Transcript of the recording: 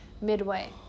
midway